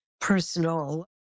personal